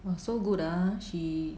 !wah! so good ah she